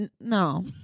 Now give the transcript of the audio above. No